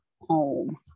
home